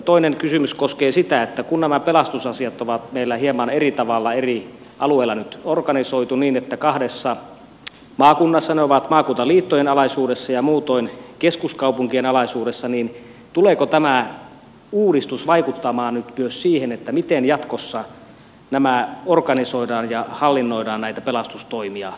toinen kysymys koskee sitä että kun nämä pelastusasiat on meillä hieman eri tavalla eri alueilla nyt organisoitu niin että kahdessa maakunnassa ne ovat maakuntaliittojen alaisuudessa ja muutoin keskuskaupunkien alaisuudessa niin tuleeko tämä uudistus vaikuttamaan nyt myös siihen miten jatkossa organisoidaan ja hallinnoidaan näitä pelastustoimia eri maakunnissa